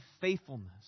faithfulness